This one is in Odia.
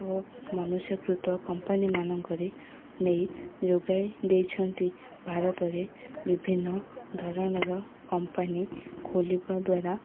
ଓ ମନୁଷ୍ୟକୃତ କମ୍ପାନୀମାନଙ୍କରେ ନେଇ ଯୋଗାଇ ଦେଇଛନ୍ତି ଭାରତରେ ବିଭିନ୍ନ ଧରଣର କମ୍ପାନୀ ଖୋଲିବା ଦ୍ୱାରା